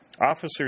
Officers